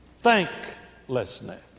thanklessness